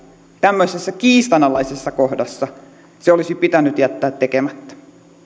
tämmöisessä kiistanalaisessa kohdassa tämä olisi pitänyt jättää tekemättä